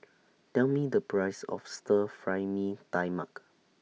Tell Me The Price of Stir Fry Mee Tai Mak